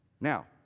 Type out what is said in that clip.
Now